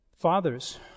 Fathers